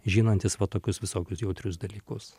žinantis va tokius visokius jautrius dalykus